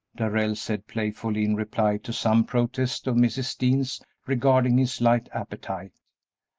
darrell said, playfully, in reply to some protest of mrs. dean's regarding his light appetite.